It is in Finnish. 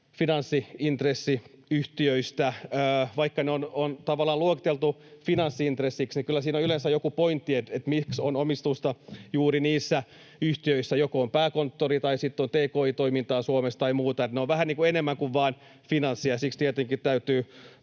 finanssi-intressiyhtiöistä. Vaikka ne on tavallaan luokiteltu finanssi-intressiksi, niin kyllä siinä on yleensä joku pointti, miksi on omistusta juuri niissä yhtiöissä: joko on pääkonttori, tai sitten on tki-toimintaa Suomessa tai muuta. Ne ovat vähän enemmän kuin vain finanssi, ja siksi tietenkin täytyy